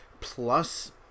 plus